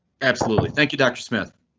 absolutely thank you, doctor smith.